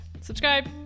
subscribe